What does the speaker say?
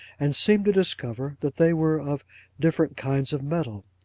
and seemed to discover that they were of different kinds of metal.